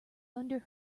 under